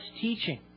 teaching